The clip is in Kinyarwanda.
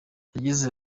yagize